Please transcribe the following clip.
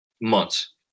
months